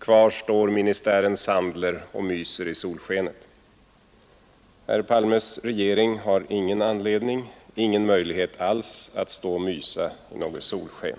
Kvar står ministären Sandler och myser i solskenet.” Herr Palmes regering har ingen anledning, och ingen möjlighet alls, att stå och mysa i något solsken.